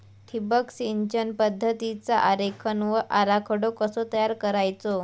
ठिबक सिंचन पद्धतीचा आरेखन व आराखडो कसो तयार करायचो?